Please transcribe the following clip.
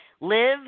Live